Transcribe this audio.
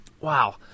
Wow